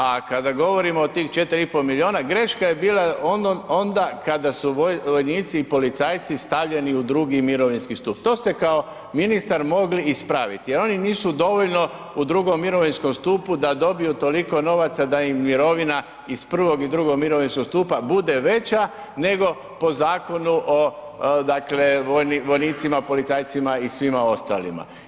A kada govorimo o tih 4,5 milijuna, greška je bila onda kada su vojnici i policajci stavljeni u 2. mirovinski stup, to ste kao ministar mogli ispraviti jer oni nisu dovoljno u 2. mirovinskom stupu da dobiju toliko novaca da im mirovina iz 1. i 2. mirovinskog stupa bude veća nego po zakonu o dakle, vojnicima, policajcima i svima ostalima.